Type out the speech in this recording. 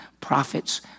prophets